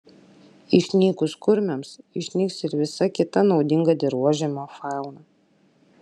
išnykus kurmiams išnyks ir visa kita naudinga dirvožemio fauna